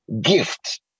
gift